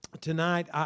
Tonight